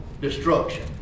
destruction